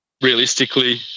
realistically